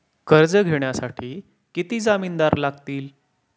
कर्ज घेण्यासाठी किती जामिनदार लागतील?